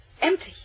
Empty